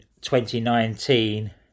2019